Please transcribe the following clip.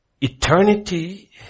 eternity